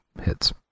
hits